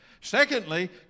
Secondly